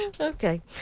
Okay